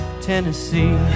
Tennessee